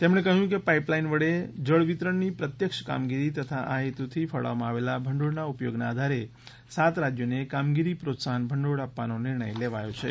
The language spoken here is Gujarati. તેમણે કહ્યું કે પાઈપલાઈન વડે જળ વિતરણની પ્રત્યક્ષ કામગીરી તથા આ હેતુ થી ફાળવવામાં આવેલા ભંડોળના ઉપયોગના આધારે સાત રાજ્યોને કામગીરી પ્રોત્સાહન ભંડોળ આપવાનો નિર્ણય લેવાયો છે